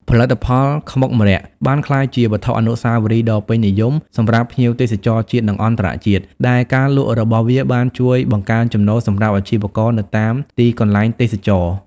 ផលិតផលខ្មុកម្រ័ក្សណ៍បានក្លាយជាវត្ថុអនុស្សាវរីយ៍ដ៏ពេញនិយមសម្រាប់ភ្ញៀវទេសចរណ៍ជាតិ និងអន្តរជាតិ ដែលការលក់របស់វាបានជួយបង្កើនចំណូលសម្រាប់អាជីវករនៅតាមទីកន្លែងទេសចរណ៍។